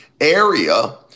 area